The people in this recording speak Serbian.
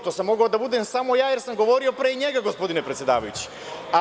To sam mogao da budem samo ja jer sam govorio pre njega, gospodine predsedavajući.